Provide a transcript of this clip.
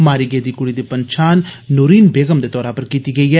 मारी गेदी कुड़ी दी पन्छान नूरीन बेगम दे तौरा पर कीती गेई ऐ